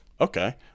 okay